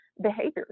Behaviors